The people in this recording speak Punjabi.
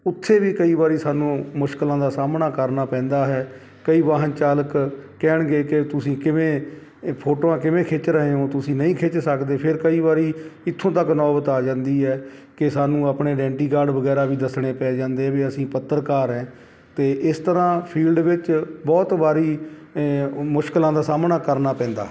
ਉੱਥੇ ਵੀ ਕਈ ਵਾਰੀ ਸਾਨੂੰ ਮੁਸ਼ਕਿਲਾਂ ਦਾ ਸਾਹਮਣਾ ਕਰਨਾ ਪੈਂਦਾ ਹੈ ਕਈ ਵਾਹਨ ਚਾਲਕ ਕਹਿਣਗੇ ਕਿ ਤੁਸੀਂ ਕਿਵੇਂ ਇਹ ਫੋਟੋਆਂ ਕਿਵੇਂ ਖਿੱਚ ਰਹੇ ਹੋ ਤੁਸੀਂ ਨਹੀਂ ਖਿੱਚ ਸਕਦੇ ਫਿਰ ਕਈ ਵਾਰੀ ਇੱਥੋਂ ਤੱਕ ਨੌਬਤ ਆ ਜਾਂਦੀ ਹੈ ਕਿ ਸਾਨੂੰ ਆਪਣੇ ਆਈਡੈਂਟੀ ਕਾਰਡ ਵਗੈਰਾ ਵੀ ਦੱਸਣੇ ਪੈ ਜਾਂਦੇ ਵੀ ਅਸੀਂ ਪੱਤਰਕਾਰ ਹੈ ਅਤੇ ਇਸ ਤਰ੍ਹਾਂ ਫੀਲਡ ਵਿੱਚ ਬਹੁਤ ਵਾਰੀ ਮੁਸ਼ਕਿਲਾਂ ਦਾ ਸਾਹਮਣਾ ਕਰਨਾ ਪੈਂਦਾ ਹੈ